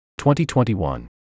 2021